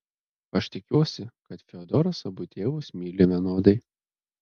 aš tikiuosi kad fiodoras abu tėvus myli vienodai